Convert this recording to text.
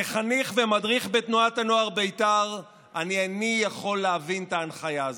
כחניך ומדריך בתנועת הנוער בית"ר איני יכול להבין את ההנחיה הזאת.